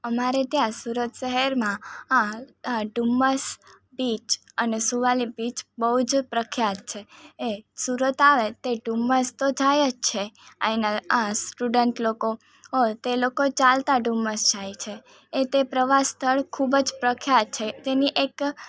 અમારે ત્યાં સુરત શહેરમાં આ આ ઢૂમસ બીચ અને સુવાલી બીચ બઉજ પ્રખ્યાત છે એ સુરત આવે તે ઢૂમસ તો જાય જ છે અહીંના આ સ્ટુડન્ટ લોકો હોય તે લોકો ચાલતા ઢૂમસ જાય છે એ તે પ્રવાસ સ્થળ ખૂબ જ પ્રખ્યાત છે તેની એક